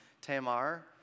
Tamar